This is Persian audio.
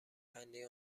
فنی